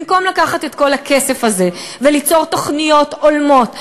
במקום לקחת את כל הכסף הזה וליצור תוכניות הולמות,